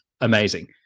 amazing